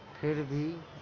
پھر بھی